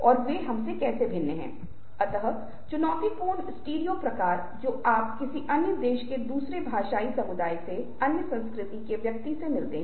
और यह बोलने का भारतीय तरीका है जहाँ आप पाते हैं कि दोनों लोग एक ही समय में बोल रहे हैं